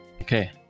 Okay